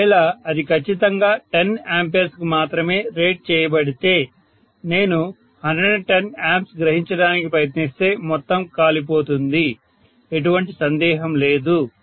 ఒకవేళ అది ఖచ్చితంగా 10 A కి మాత్రమే రేట్ చేయబడితే నేను 110A గ్రహించడానికి ప్రయత్నిస్తే మొత్తం కాలిపోతుంది ఎటువంటి సందేహం లేదు